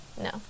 no